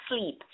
sleep